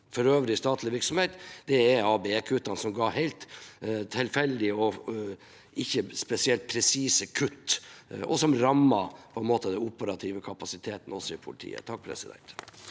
og øvrig statlig virksomhet, er ABE-kuttene, som ga helt tilfeldige og ikke spesielt presise kutt, og som også rammet den operative kapasiteten i politiet. Presidenten